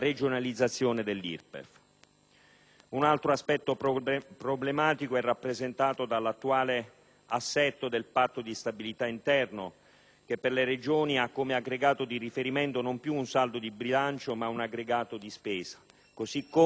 Un altro aspetto problematico è rappresentato dall'attuale assetto del Patto di stabilità interno, che per le Regioni ha come aggregato di riferimento non più un saldo di bilancio, ma un aggregato di spesa. Così come gli obiettivi